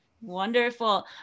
Wonderful